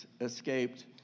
escaped